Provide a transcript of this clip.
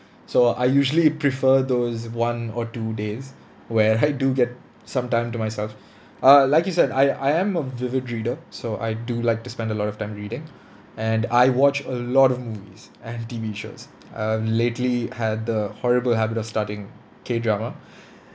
so I usually prefer those one or two days where I do get some time to myself uh like you said I I am a vivid reader so I do like to spend a lot of time reading and I watch a lot of movies and T_V shows I've lately had the horrible habit of starting K drama